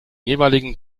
jeweiligen